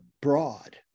broad